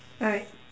alright